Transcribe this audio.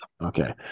Okay